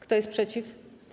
Kto jest przeciw?